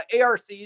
ARCs